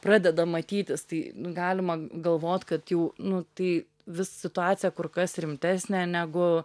pradeda matytis tai nu galima galvot kad jau nu tai vis situacija kur kas rimtesnė negu